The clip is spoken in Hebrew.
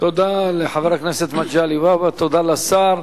תודה לחבר הכנסת מגלי והבה, תודה לשר.